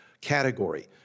category